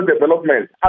Development